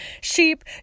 sheep